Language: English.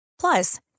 Plus